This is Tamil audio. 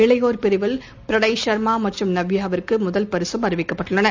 இளைனோர் பிரிவில் ப்ரணய் ஷர்மாமற்றும் நவ்யாவிற்குமுதல் பரிசும் அறிவிக்கப்பட்டுள்ளன